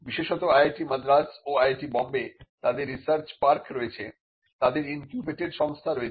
বিশেষত IIT মাদ্রাজ ও IIT Bombay তাদের রিসার্চ পার্ক রয়েছে তাদের ইনকিউবেটেড সংস্থা রয়েছে